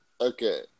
Okay